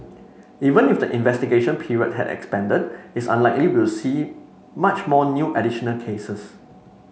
even if the investigation period had expanded it's unlikely we'll see much more new additional cases